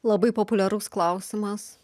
labai populiarus klausimas